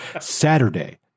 saturday